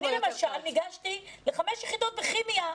אני למשל ניגשתי לחמש יחידות בכימיה,